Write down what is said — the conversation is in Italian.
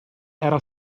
era